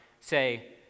say